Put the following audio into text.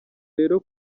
rero